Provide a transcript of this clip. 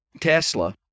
Tesla